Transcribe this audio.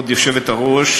כבוד היושבת-ראש,